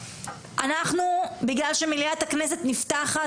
בגלל שמליאת הכנסת נפתחת,